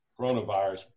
coronavirus